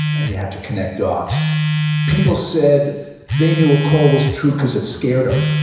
and you have to connect dots people said they knew a call was true because it scared them.